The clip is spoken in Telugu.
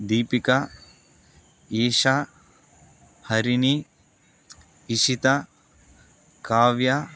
దీపిక ఈషా హరిణి ఇషిత కావ్య